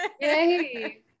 Yay